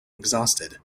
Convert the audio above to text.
exhausted